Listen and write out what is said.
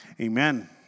Amen